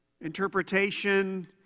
interpretation